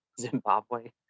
Zimbabwe